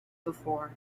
before